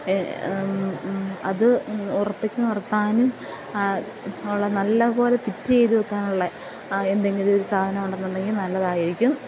അത് ഉറപ്പിച്ച് നിർത്താനും ഉള്ള നല്ലപോലെ ഫിറ്റ് ചെയ്ത് വെക്കാനുമുള്ള എന്തെങ്കിലുമൊരു സാധനം ഉണ്ടെന്നുണ്ടെങ്കിൽ നല്ലതായിരിക്കും